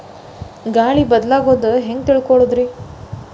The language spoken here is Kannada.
ಗಾಳಿ ಬದಲಾಗೊದು ಹ್ಯಾಂಗ್ ತಿಳ್ಕೋಳೊದ್ರೇ?